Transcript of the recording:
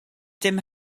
dim